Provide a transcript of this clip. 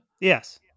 Yes